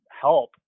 help